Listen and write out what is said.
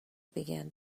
began